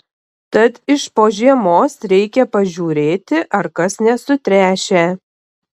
tad iš po žiemos reikia pažiūrėti ar kas nesutręšę